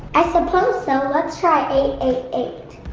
i suppose so, let's try eight eight eight.